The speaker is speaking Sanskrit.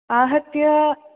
आहत्य